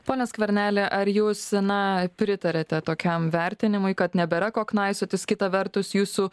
pone skverneli ar jūs na pritariate tokiam vertinimui kad nebėra ko knaisiotis kita vertus jūsų